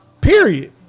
Period